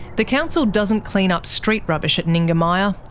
the council doesn't clean up street rubbish at ninga mia,